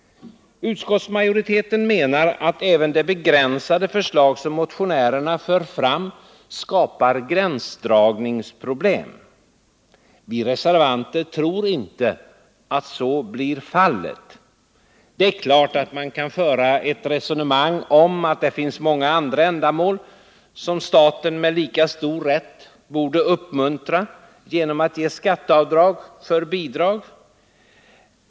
Utskottsmajoriteten menar att även det begränsade förslag som motionärerna för fram skapar gränsdragningsproblem. Vi reservanter tror inte att så blir fallet. Det är klart att man kan föra ett resonemang om att det finns många andra ändamål, som staten med lika stor rätt borde uppmuntra genom att ge skatteavdrag för bidrag.